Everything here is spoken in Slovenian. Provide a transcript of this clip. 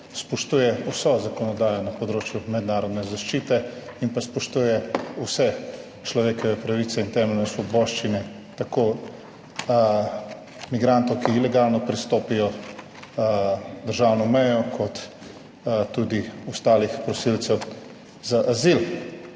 spoštujeta vso zakonodajo na področju mednarodne zaščite in spoštujeta vse človekove pravice in temeljne svoboščine, tako migrantov, ki ilegalno prestopijo državno mejo, kot tudi ostalih prosilcev za azil.